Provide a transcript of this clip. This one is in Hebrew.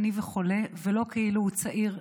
עני וחולה ולא כאילו הוא צעיר,